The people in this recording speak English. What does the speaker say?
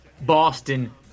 Boston